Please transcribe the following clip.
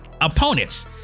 opponents